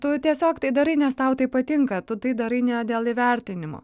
tu tiesiog tai darai nes tau tai patinka tu tai darai ne dėl įvertinimo